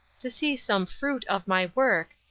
to see some fruit of my work,